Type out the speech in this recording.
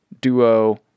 duo